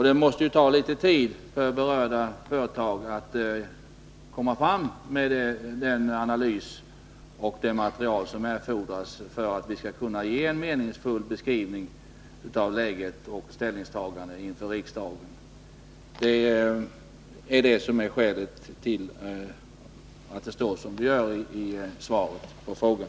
Det måste ju ta litet tid för berörda företag att göra en analys och ta fram det material som erfordras för att vi skall kunna ge riksdagen en meningsfull beskrivning av läget och de olika ställningstagandena. Det är skälet till att det står som det gör i svaret på frågan.